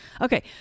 Okay